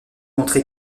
montré